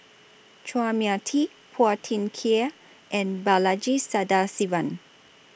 Chua Mia Tee Phua Thin Kiay and Balaji Sadasivan